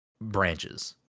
branches